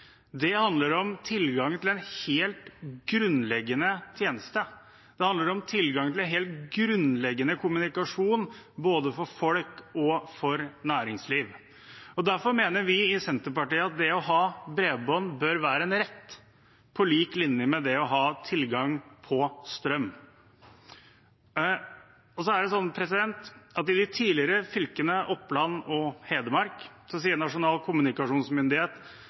Det handler om tilgang på en helt grunnleggende tjeneste. Det handler om tilgang på en helt grunnleggende kommunikasjon både for folk og for næringsliv. Derfor mener vi i Senterpartiet at det å ha bredbånd bør være en rett, på lik linje med det å ha tilgang på strøm. Nasjonal kommunikasjonsmyndighet sier at i de tidligere fylkene Oppland og Hedmark